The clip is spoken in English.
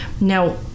Now